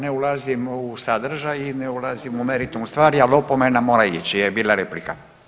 Ne ulazim u sadržaj i ne ulazim u meritum stvari, ali opomena mora ići jer je bila replika.